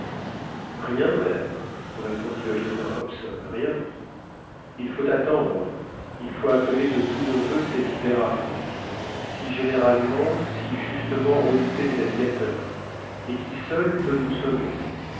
rien madame répondit le lieutenant hobson rien il faut attendre il faut appeler de tous nos voeux cet hiver arctique si généralement si justement redouté des navigateurs et qui seul peut nous sauver